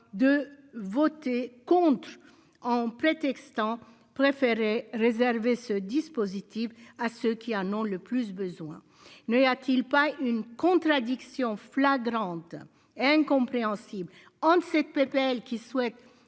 de voter contre en prétextant préféré réserver ce dispositif à ceux qui en ont le plus besoin, nous, y a-t-il pas une contradiction flagrante et incompréhensible en cette PPL qui souhaite